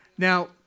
Now